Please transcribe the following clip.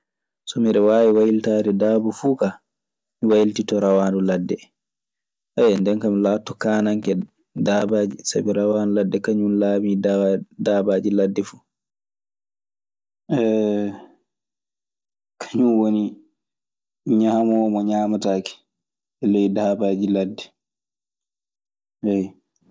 So miɗe waawi waylitaade daaba fuu kaa. Mi waylititto Rawaandu ladde. nden kaa mi laatoto kaananke daabaaji. Sabi rawaandu ladde kañun laamii daabaaji ladde fuu. Kañun woni ñaamoowo mo ñaametaake ley daabaaji ladde, eyyo.